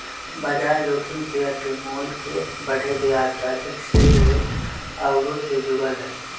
बजार जोखिम शेयर के मोल के बढ़े, ब्याज दर, एक्सचेंज रेट आउरो से जुड़ल हइ